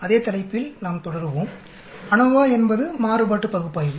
அதே தலைப்பில் நாம் தொடருவோம் அநோவா என்பது மாறுபாட்டு பகுப்பாய்வு